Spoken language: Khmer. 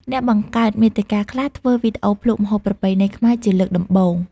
អ្នកបង្កើតមាតិកាខ្លះធ្វើវីដេអូភ្លក់ម្ហូបប្រពៃណីខ្មែរជាលើកដំបូង។